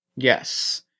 Yes